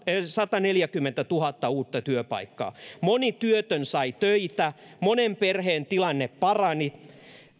sataneljäkymmentätuhatta uutta työpaikkaa moni työtön sai töitä monen perheen tilanne parani